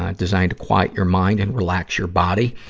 ah designed to quiet your mind and relax your body.